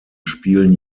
spielen